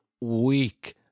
week